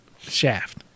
shaft